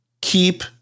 keep